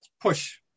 Push